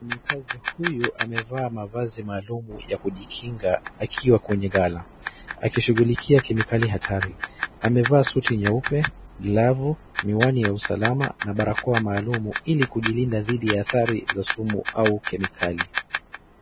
Mfanyikazi huyu amevaa mavazi maalum ya kujikinga akiwa kwenye ghala akishughulikia kemikali hatari amevaa suti nyeupe, glavu, miwani ya usalama na barakoa maalum ili kujilinda dhidi ya athari za sumu ama kemikali.